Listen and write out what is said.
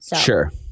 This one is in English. Sure